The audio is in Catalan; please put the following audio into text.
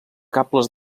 cables